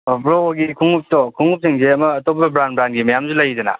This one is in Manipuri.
ꯕ꯭ꯔꯣꯒꯤ ꯈꯨꯉꯨꯞꯇꯣ ꯈꯨꯉꯨꯞꯁꯤꯡꯁꯦ ꯑꯃ ꯑꯇꯣꯞꯄ ꯕ꯭ꯔꯥꯟ ꯕ꯭ꯔꯥꯟꯒꯤ ꯃꯌꯥꯝꯁꯨ ꯂꯩꯔꯤꯗꯅ